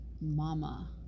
mama